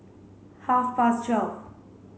half past twelve